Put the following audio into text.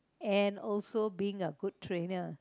and also being a good trainer